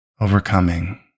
overcoming